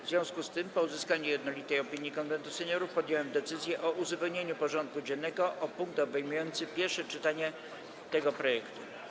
W związku z tym, po uzyskaniu jednolitej opinii Konwentu Seniorów, podjąłem decyzję o uzupełnieniu porządku dziennego o punkt obejmujący pierwsze czytanie tego projektu.